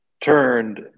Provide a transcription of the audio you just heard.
turned